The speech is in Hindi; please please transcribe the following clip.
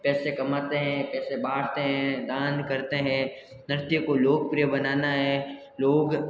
पैसे कमाते हैं पैसे बाँटते हैं दान करते हैं नृत्य को लोकप्रिय बनाना है लोग